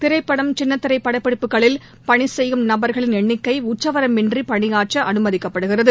திரைப்பட்ட் சின்னத்திரைபடப்பிடிப்புகளில் பணிசெய்யும் நபர்களின் எண்ணிக்கைஉச்சவரம்பின்றிபணியாற்றஅனுமதிக்கப்படுகிறது